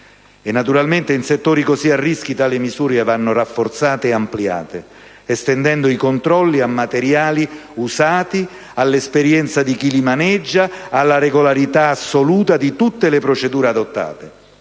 Naturalmente, in settori così a rischio tali misure vanno rafforzate e ampliate, estendendo i controlli ai materiali usati, all'esperienza di chi li maneggia, alla regolarità assoluta di tutte le procedure adottate.